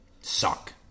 suck